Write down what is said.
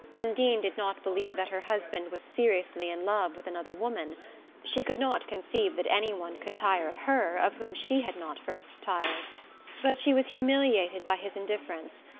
undine did not believe that her husband was seriously in love with another woman she could not conceive that any one could tire of her of whom she had not first tired but she was humiliated by his indifference,